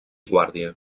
guàrdia